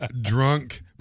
drunk